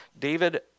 David